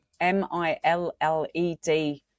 M-I-L-L-E-D